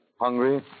hungry